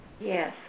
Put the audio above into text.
Yes